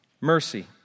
mercy